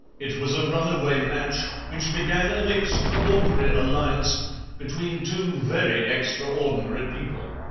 it was a runaway match, which began an extraordinary alliance between two very extraordinary people.